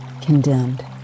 condemned